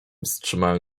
wstrzymałem